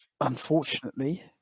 unfortunately